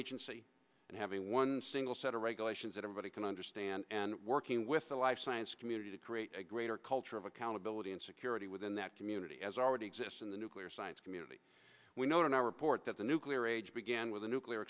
agency and having one single set of regulations that everybody can understand and working with the life science community to create a greater culture of accountability and security within that community as already exists in the nuclear science community we note in our report that the nuclear age began with a nuclear